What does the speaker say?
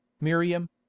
miriam